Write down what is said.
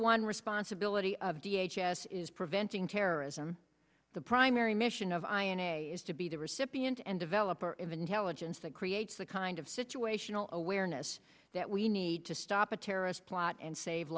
one responsibility of d h s is preventing terrorism the primary mission of i n a is to be the recipient and developer of intelligence that creates the kind of situational aware this that we need to stop a terrorist plot and save